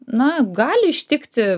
na gali ištikti